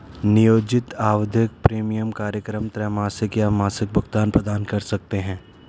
नियोजित आवधिक प्रीमियम कार्यक्रम त्रैमासिक या मासिक भुगतान प्रदान कर सकते हैं